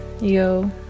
yo